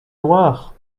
noirs